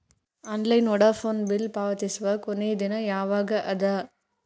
Online Vodafone bill ಪಾವತಿಸುವ ಕೊನಿ ದಿನ ಯವಾಗ ಅದ?